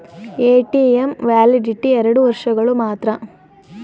ATM validity ಎರಡು ವರ್ಷಗಳು ಮಾತ್ರ